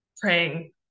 praying